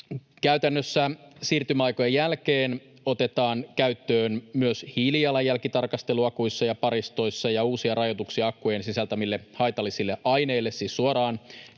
Käytännössä siirtymäaikojen jälkeen otetaan käyttöön myös hiilijalanjälkitarkastelu akuissa ja paristoissa ja uusia rajoituksia akkujen sisältämille haitallisille aineille. Siis suoraan